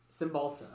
Cymbalta